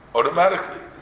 Automatically